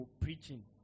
preaching